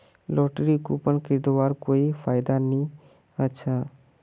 lottery coupon खरीदवार कोई फायदा नी ह छ